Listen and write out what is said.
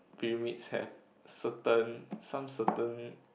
pyramids have certain some certain